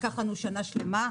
לקח לנו שנה שלימה,